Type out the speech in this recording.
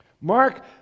Mark